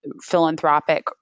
philanthropic